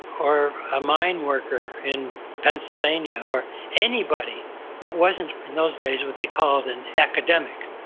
or a mine worker in pennsylvania or anybody that wasn't in those days what they called an academic,